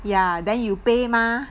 ya then you pay mah